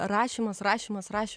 rašymas rašymas rašymas